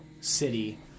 city